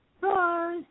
Bye